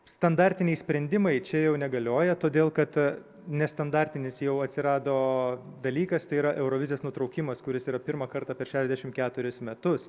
standartiniai sprendimai čia jau negalioja todėl kad nestandartinis jau atsirado dalykas tai yra eurovizijos nutraukimas kuris yra pirmą kartą per šešdešimt keturis metus